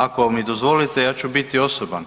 Ako mi dozvolite ja ću biti osoban